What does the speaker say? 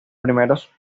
primeros